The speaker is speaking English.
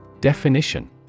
Definition